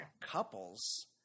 Couples